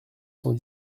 cent